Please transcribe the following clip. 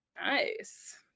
nice